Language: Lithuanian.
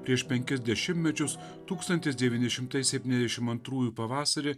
prieš penkis dešimtmečius tūkstantis devyni šimtai septyniasdešim antrųjų pavasarį